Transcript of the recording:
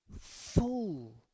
full